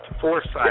Foresight